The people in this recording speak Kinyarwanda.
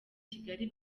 kigali